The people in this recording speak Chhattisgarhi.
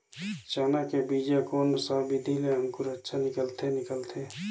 चाना के बीजा कोन सा विधि ले अंकुर अच्छा निकलथे निकलथे